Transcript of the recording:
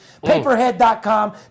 paperhead.com